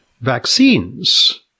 vaccines